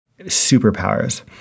superpowers